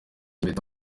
impeta